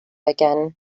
again